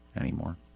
anymore